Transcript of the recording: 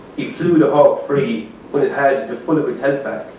he flew the hawk free when it had the full of it's head